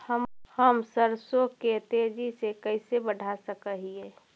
हम सरसों के तेजी से कैसे बढ़ा सक हिय?